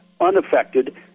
unaffected